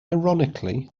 ironically